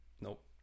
Nope